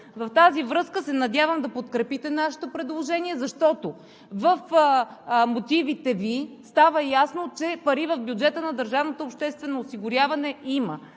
В тази връзка се надявам да подкрепите нашето предложение, защото в мотивите Ви става ясно, че пари в бюджета на